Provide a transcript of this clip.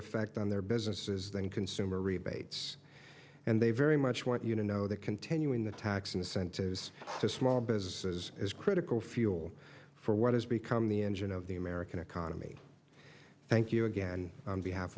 effect on their businesses than consumer rebates and they very much want you to know that continuing the tax incentives for small businesses is critical fuel for what has become the engine of the american economy thank you again on behalf